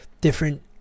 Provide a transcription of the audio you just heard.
different